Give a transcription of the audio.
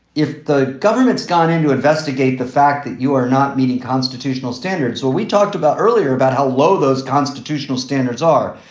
if the government's gone in to investigate the fact that you are not meeting constitutional standards. so we talked about earlier about how low those constitutional standards are.